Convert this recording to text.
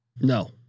No